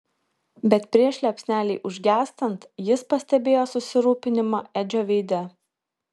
bet prieš liepsnelei užgęstant jis pastebėjo susirūpinimą edžio veide